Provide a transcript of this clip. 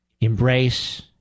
embrace